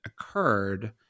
occurred –